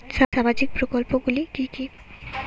সামাজিক প্রকল্পগুলি কি কি?